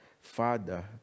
father